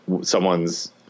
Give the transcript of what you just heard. someone's